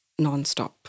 nonstop